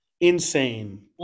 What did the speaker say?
insane